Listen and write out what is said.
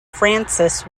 francis